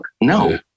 No